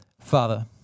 Father